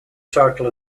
circle